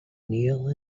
kneel